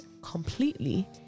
completely